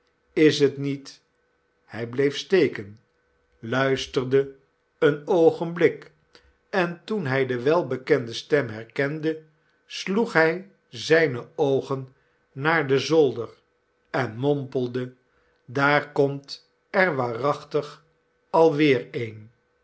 is het niet hij bleef steken luisterde een oogenblik en toen hij de welbekende stem herkende sloeg hij zijne oogen naar den zolder en mompelde daar komt er waarachtig alweer een